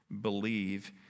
believe